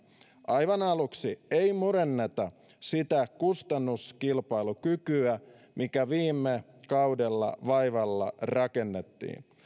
aivan aluksi ei murenneta sitä kustannuskilpailukykyä mikä viime kaudella vaivalla rakennettiin